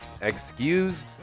excuse